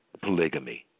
polygamy